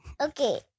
Okay